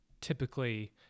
typically